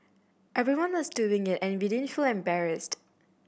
everyone was doing it and we didn't feel embarrassed